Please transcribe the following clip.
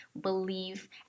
believe